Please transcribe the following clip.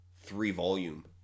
three-volume